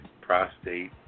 prostate